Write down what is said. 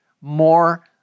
more